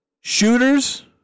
shooters